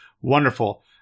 Wonderful